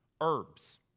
herbs